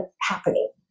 happening